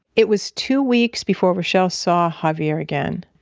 it was two weeks before reshell saw javier again.